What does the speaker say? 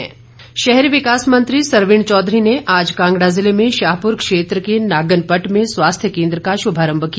सरवीण चौधरी शहरी विकास मंत्री सरवीण चौधरी ने आज कांगड़ा जिले में शाहपुर क्षेत्र के नागनपटट में स्वास्थ्य केन्द्र का शुभारम्भ किया